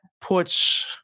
puts